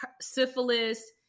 syphilis